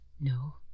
No